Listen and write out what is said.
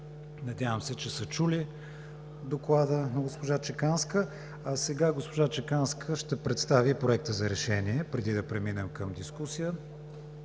Надявам се, че са чули Доклада на госпожа Чеканска. А сега госпожа Чеканска ще представи Проекта за решение преди да преминем към дискусия.